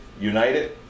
United